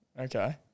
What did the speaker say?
Okay